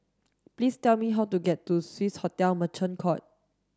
please tell me how to get to Swissotel Merchant Court